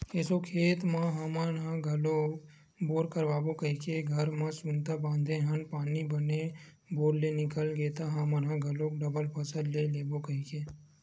एसो खेत म हमन ह घलोक बोर करवाबो कहिके घर म सुनता बांधे हन पानी बने बोर ले निकल गे त हमन ह घलोक डबल फसल ले लेबो कहिके